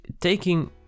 taking